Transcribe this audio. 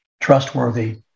Trustworthy